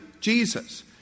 Jesus